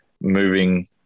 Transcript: moving